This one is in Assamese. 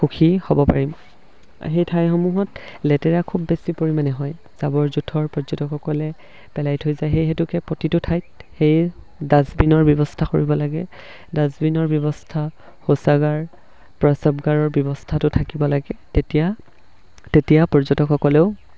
সুখী হ'ব পাৰিম সেই ঠাইসমূহত লেতেৰা খুব বেছি পৰিমাণে হয় জাবৰ জোঁথৰ পৰ্যটকসকলে পেলাই থৈ যায় সেই হেতুকে প্ৰতিটো ঠাইত সেই ডাষ্টবিনৰ ব্যৱস্থা কৰিব লাগে ডাষ্টবিনৰ ব্যৱস্থা শৌচাগাৰ প্ৰস্ৰাৱগাৰৰ ব্যৱস্থাটো থাকিব লাগে তেতিয়া তেতিয়া পৰ্যটকসকলেও